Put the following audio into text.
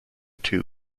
two